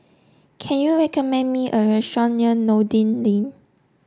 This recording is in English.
can you recommend me a restaurant near Noordin Lane